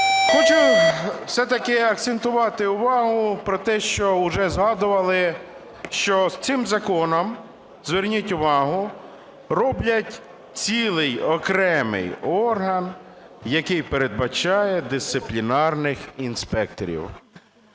Хочу все-таки акцентувати увагу про те, що уже згадували, що цим законом, зверніть увагу, роблять цілий окремий орган, який передбачає дисциплінарних інспекторів.